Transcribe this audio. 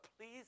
please